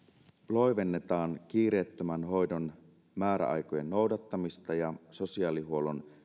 loivennetaan kiireettömän hoidon määräaikojen noudattamista ja sosiaalihuollon